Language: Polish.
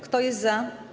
Kto jest za?